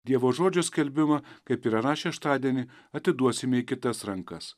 dievo žodžio skelbimą kaip ir aną šeštadienį atiduosime į kitas rankas